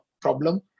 problem